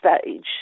stage